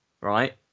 right